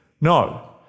No